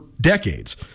decades